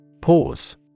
Pause